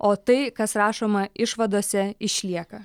o tai kas rašoma išvadose išlieka